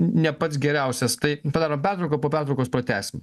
ne pats geriausias tai padarom pertrauką po pertraukos pratęsim